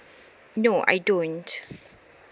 no I don't